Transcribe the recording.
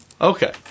okay